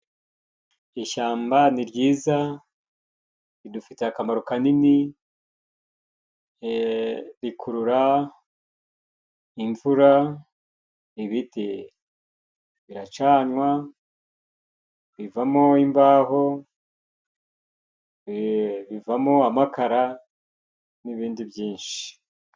Ishyamba ni ryiza ridufitiye akamaro kanini. Rikurura imvura, ibiti biracanwa, rivamo imbaho, bivamo amakara, n'ibindi byinshi.